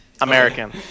American